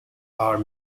are